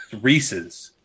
Reese's